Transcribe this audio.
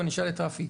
אני שואל את רפי,